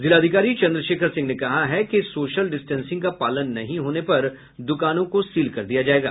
जिलाधिकारी चन्द्रशेखर सिंह ने कहा है कि सोशल डिस्टेंसिंग का पालन नहीं होने पर दुकानों को सील कर दिया जायेगा